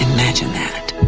imagine that.